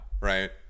right